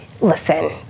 Listen